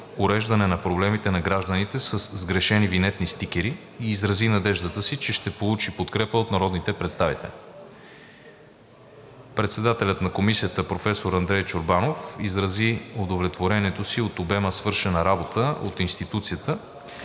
уреждане на проблемите на гражданите със сгрешени винетни стикери и изрази надеждата си, че ще получи подкрепа от народните представители. Председателят на комисията професор Андрей Чорбанов изрази удовлетворението си от обема свършена работа от институцията